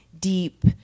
deep